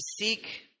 seek